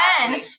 again